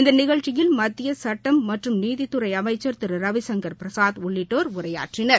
இந்த நிகழ்ச்சியில் மத்திய சட்டம் மற்றும் நீதித்துறை அமைச்சா் திரு ரவிசங்கர் பிரசாத் உள்ளிட்டோர் உரையாற்றினர்